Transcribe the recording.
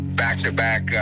back-to-back